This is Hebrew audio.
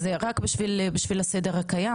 אז רק בשביל הסדר הקיים,